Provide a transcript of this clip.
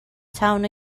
town